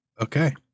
okay